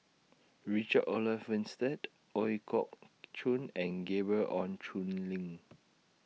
Richard Olaf Winstedt Ooi Kok Chuen and Gabriel Oon Chong Lin